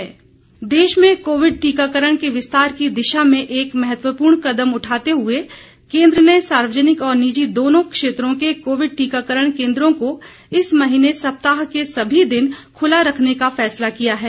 टीकाकरण देश में कोविड टीकाकरण के विस्तार की दिशा में एक महत्वपूर्ण कदम उठाते हुए केन्द्र ने सार्वजनिक और निजी दोनों क्षेत्रों के कोविड टीकाकरण केंदों को इस महीने सप्ताह के सभी दिन खुला रखने का फैसला किया है